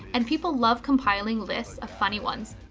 and people love compiling lists of funny ones.